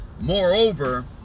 Moreover